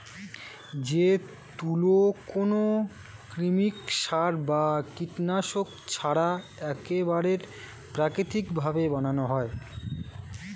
যে তুলো কোনো কৃত্রিম সার বা কীটনাশক ছাড়াই একেবারে প্রাকৃতিক ভাবে বানানো হয়